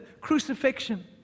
crucifixion